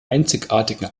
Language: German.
einzigartigen